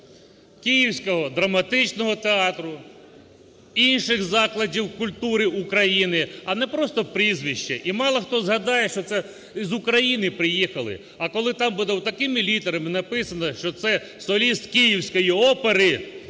Київського драматичного театру і інших закладів культури України, а не просто прізвище. І мало хто згадає, що це з України приїхали, а коли там буде от такими літерами написано, що це соліст Київської опери,